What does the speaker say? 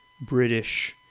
british